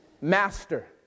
Master